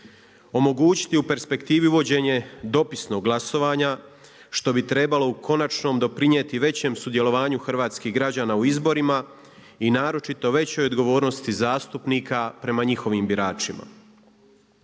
Omogućiti u perspektivi uvođenje dopisnog glasovanja što bi trebalo u konačnom doprinijeti većem sudjelovanju hrvatskih građana u izborima i naročito većoj odgovornosti zastupnika prema njihovim biračima.